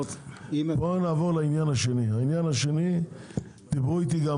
בואו נעבור לעניין השני: דיברו איתי גם